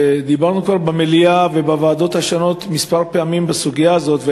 דיברנו כבר במליאה ובוועדות השונות כמה פעמים בסוגיה הזאת.